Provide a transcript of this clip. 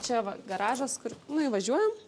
čia va garažas kur nu įvažiuojam